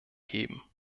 heben